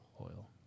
oil